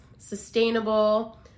sustainable